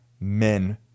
men